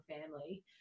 family